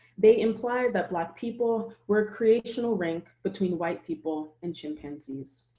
they imply that black people were a creational rank between white people and chimpanzees.